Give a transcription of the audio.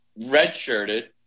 redshirted